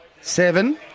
Seven